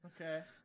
Okay